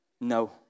No